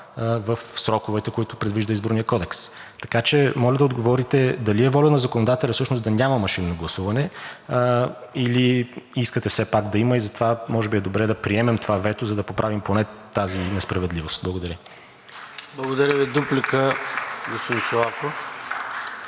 в сроковете, които предвижда Изборният кодекс, така че моля да отговорите дали е воля на законодателя всъщност да няма машинно гласуване, или искате все пак да има и затова може би е добре да приемем това вето, за да поправим поне тази несправедливост? Благодаря. (Ръкопляскания от